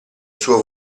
suo